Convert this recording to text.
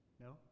No